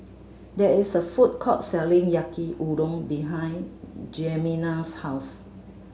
there is a food court selling Yaki Udon behind Jemima's house